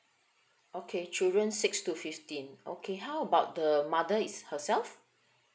okay children six to fifteen okay how about the mother is herself